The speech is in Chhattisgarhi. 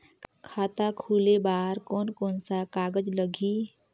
खाता खुले बार कोन कोन सा कागज़ लगही?